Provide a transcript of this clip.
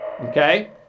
Okay